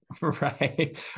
Right